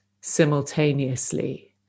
simultaneously